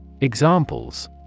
Examples